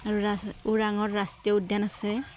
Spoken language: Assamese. আৰু ওৰাঙৰ ৰাষ্ট্ৰীয় উদ্যান আছে